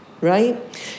Right